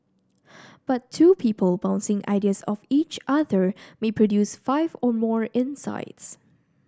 but two people bouncing ideas off each other may produce five or more insights